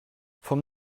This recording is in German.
vom